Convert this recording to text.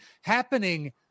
happening